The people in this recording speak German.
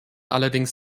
allerdings